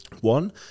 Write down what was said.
One